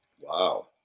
Wow